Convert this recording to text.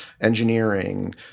engineering